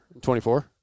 24